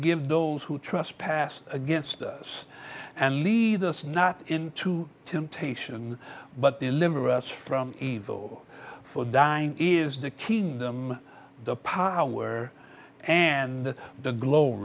forgive those who trespass against us and lead us not into temptation but deliver us from evil for dying is the kingdom the power and the glo